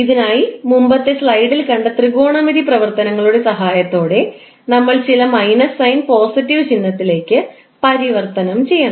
ഇതിനായി മുമ്പത്തെ സ്ലൈഡിൽ കണ്ട ത്രികോണമിതി പ്രവർത്തനങ്ങളുടെ സഹായത്തോടെ നമ്മൾ ചില മൈനസ് സൈൻ പോസിറ്റീവ് ചിഹ്നത്തിലേക്ക് പരിവർത്തനം ചെയ്യണം